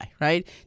Right